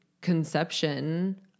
conception